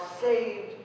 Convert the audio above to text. saved